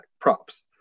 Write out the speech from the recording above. Props